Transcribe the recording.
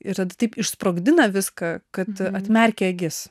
ir tada taip išsprogdina viską kad atmerki akis